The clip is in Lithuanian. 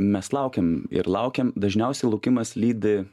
mes laukiam ir laukiam dažniausiai laukimas lydi